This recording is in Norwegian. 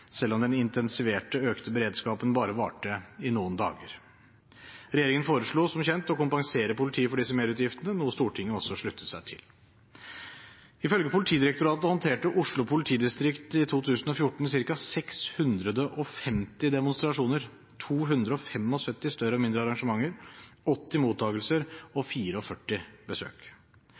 selv om den intensiverte økte beredskapen bare varte i noen dager. Regjeringen foreslo, som kjent, å kompensere politiet for disse merutgiftene, noe Stortinget også sluttet seg til. Ifølge Politidirektoratet håndterte Oslo politidistrikt i 2014 ca. 650 demonstrasjoner, 275 større og mindre arrangementer, 80 mottagelser og 44 besøk.